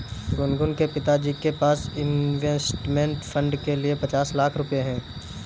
गुनगुन के पिताजी के पास इंवेस्टमेंट फ़ंड के लिए पचास लाख रुपए है